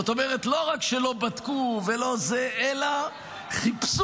זאת אומרת, לא רק שלא בדקו, אלא חיפשו